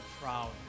proud